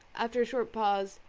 after a short pause.